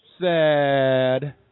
Sad